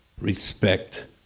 respect